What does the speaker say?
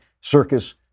circus